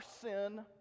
sin